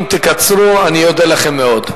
אם תקצרו, אני אודה לכם מאוד.